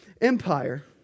Empire